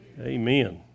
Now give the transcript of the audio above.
Amen